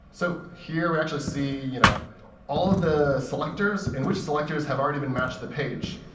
so here we actually see you know all of the selectors, and which selectors have already been matched the page.